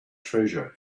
treasure